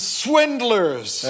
swindlers